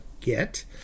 get